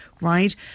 right